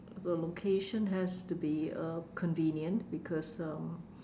the location has to be uh convenient because um